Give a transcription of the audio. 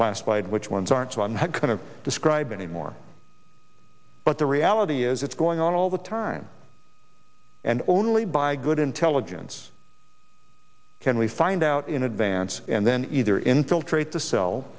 classified which ones aren't so i'm going to describe any more but the reality is it's going on all the time and only by good intelligence can we find out in advance and then either infiltrate the cell